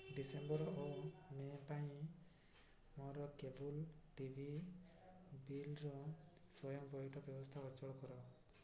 ଡ଼ିସେମ୍ବର ଓ ମେ ପାଇଁ ମୋର କେବୁଲ୍ ଟିଭି ବିଲ୍ର ସ୍ଵୟଂ ପଇଠ ବ୍ୟବସ୍ଥା ଅଚଳ କର